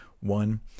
One